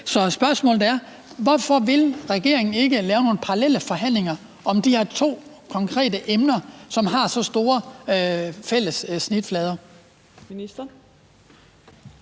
mit spørgsmål er: Hvorfor vil regeringen ikke lave nogle parallelle forhandlinger om de her to konkrete emner, som har så mange fælles snitflader?